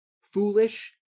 foolish